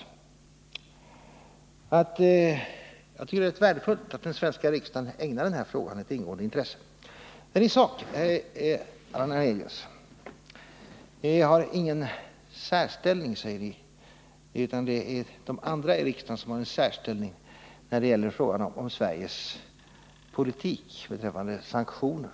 Jag tycker att det är värdefullt att den svenska riksdagen ägnar den här frågan ett ingående intresse. Men i sak, herr Hernelius, säger ni att moderaterna inte har någon särställning, utan att det är de andra partierna i riksdagen som har en särställning när det gäller frågan om Sveriges politik beträffande sanktioner.